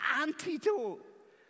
antidote